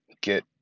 get